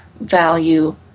value